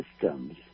systems